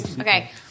Okay